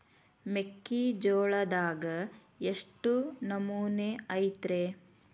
ಮೆಕ್ಕಿಜೋಳದಾಗ ಎಷ್ಟು ನಮೂನಿ ಐತ್ರೇ?